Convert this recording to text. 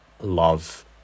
love